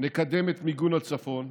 נקדם את מיגון הצפון,